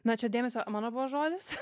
na čia dėmesio mano buvo žodis